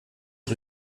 rue